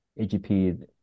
AGP